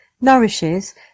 nourishes